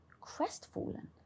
crestfallen